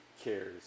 cares